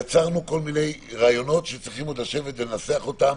יצרנו כל מיני רעיונות שצריכים עוד לשבת ולנסח אותם